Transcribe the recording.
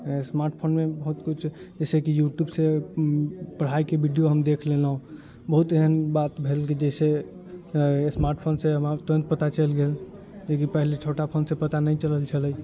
smart फोनमे बहुत किछु जैसेकि यूट्यूब से पढ़ाइके विडियो हम देखि लेलहुँ बहुत एहन बात भेल जैसे स्मार्ट फोन से हमरा तुरन्त पता चलि गेल जेकि पहले छोटा फोन से पता नहि चलल छलै